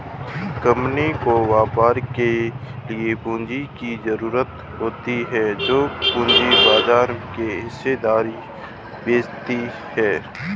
company को व्यापार के लिए पूंजी की ज़रूरत होती है जो पूंजी बाजार में हिस्सेदारी बेचती है